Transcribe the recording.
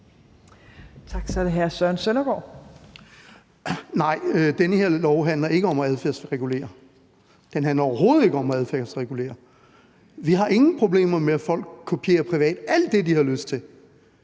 Nej, det her lovforslag handler ikke om at adfærdsregulere. Det handler overhovedet ikke om at adfærdsregulere. Vi har ingen problemer med, at folk kopierer privat alt det, de har lyst til.